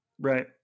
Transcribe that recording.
right